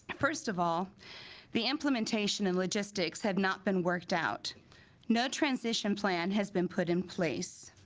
ah first of all the implementation and logistics have not been worked out no transition plan has been put in place